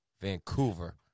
Vancouver